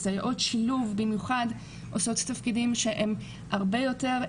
סייעות שילוב במיוחד עושות תפקידים שהם הרבה יותר..